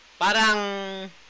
parang